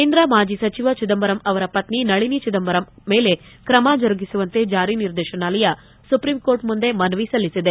ಕೇಂದ್ರ ಮಾಜಿ ಸಚಿವ ಚಿದಂಬರಂ ಅವರ ಪತ್ನಿ ನಳಿನಿ ಚಿದಂಬರಂ ಮೇಲೆ ಕ್ರಮ ಜರುಗಿಸುವಂತೆ ಜಾರಿ ನಿರ್ದೇಶನಾಲಯ ಸುಪ್ರೀಂಕೋರ್ಟ್ ಮುಂದೆ ಮನವಿ ಸಲ್ಲಿಸಿದೆ